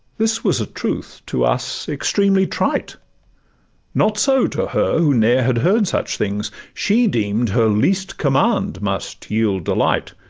this was a truth to us extremely trite not so to her, who ne'er had heard such things she deem'd her least command must yield delight,